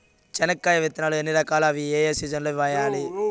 చెనక్కాయ విత్తనాలు ఎన్ని రకాలు? అవి ఏ ఏ సీజన్లలో వేయాలి?